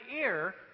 ear